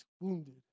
wounded